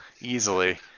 easily